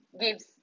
gives